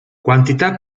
quantità